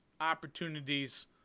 opportunities